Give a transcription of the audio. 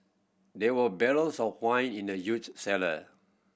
there were barrels of wine in the huge cellar